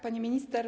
Pani Minister!